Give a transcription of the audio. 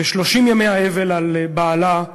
ב-30 ימי האבל על בעלה,